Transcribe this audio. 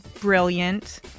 brilliant